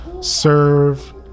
serve